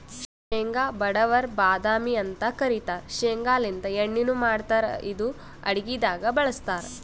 ಶೇಂಗಾ ಬಡವರ್ ಬಾದಾಮಿ ಅಂತ್ ಕರಿತಾರ್ ಶೇಂಗಾಲಿಂತ್ ಎಣ್ಣಿನು ಮಾಡ್ತಾರ್ ಇದು ಅಡಗಿದಾಗ್ ಬಳಸ್ತಾರ್